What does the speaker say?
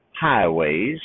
highways